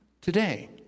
today